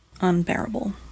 unbearable